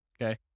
okay